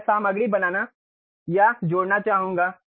अब मैं सामग्री बनाना या जोड़ना चाहूंगा